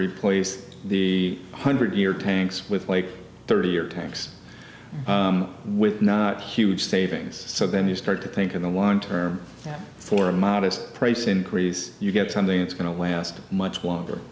replace the hundred year tanks with like thirty year tanks with not huge savings so then you start to think of a one term for a modest price increase you get something that's going to last much longer